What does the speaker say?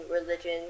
religion